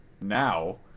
now